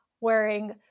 wearing